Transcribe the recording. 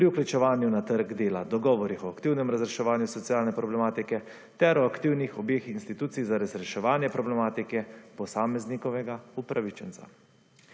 pri vključevanju na trg dela, dogovorim o aktivnem razreševanju socialne problematike ter o aktivnih obeh institucij za razreševanje problematike posameznikovega upravičenca.